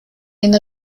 den